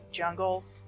jungles